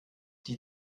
die